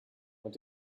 what